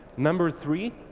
number three,